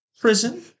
prison